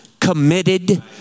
committed